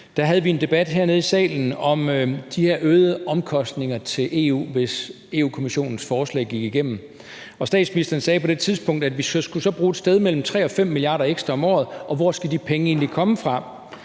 havde vi en debat hernede i salen om de her øgede omkostninger til EU, hvis Europa-Kommissionens forslag gik igennem. Statsministeren sagde på det tidspunkt, at vi så skulle bruge et sted mellem 3 og 5 mia. kr. ekstra om året – og hvor skal de penge egentlig komme fra.